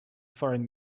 foreign